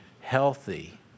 healthy